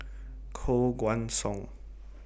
Koh Guan Song